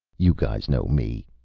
you guys know me.